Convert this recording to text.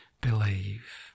believe